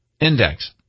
index